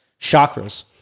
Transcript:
chakras